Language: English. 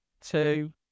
two